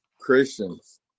Christians